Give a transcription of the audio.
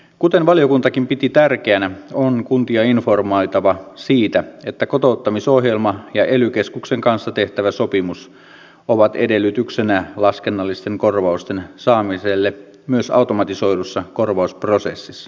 kuten valiokuntakin piti tärkeänä on kuntia informoitava siitä että kotouttamisohjelma ja ely keskuksen kanssa tehtävä sopimus ovat edellytyksenä laskennallisten korvausten saamiselle myös automatisoidussa korvausprosessissa